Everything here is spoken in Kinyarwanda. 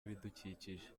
ibidukikije